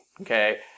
okay